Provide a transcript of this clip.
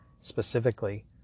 specifically